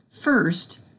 First